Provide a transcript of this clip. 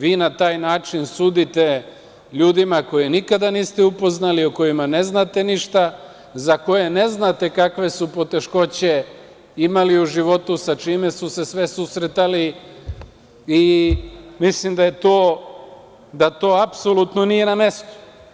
Vi na taj način sudite ljudima koje nikada niste upoznali, o kojima ne znate ništa, za koje ne znate kakve su poteškoće imali u životu, sa čime su se sve susretali i mislim da to apsolutno nije na mestu.